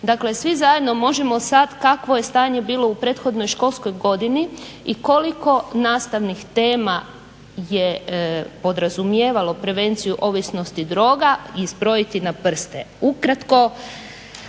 Dakle svi zajedno možemo sad kakvo je stanje bilo u prethodnoj školskoj godini i koliko nastavnih tema je podrazumijevalo prevenciju ovisnosti droga i zbrojiti na prste. Ukratko